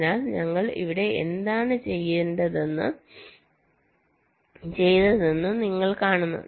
അതിനാൽ ഞങ്ങൾ ഇവിടെ എന്താണ് ചെയ്തതെന്ന് നിങ്ങൾ കാണുന്നു